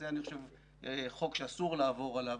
אני חושב שזה חוק שאסור לעבור עליו.